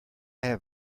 have